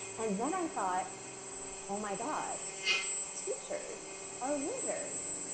and then i thought oh my god teachers are wizards.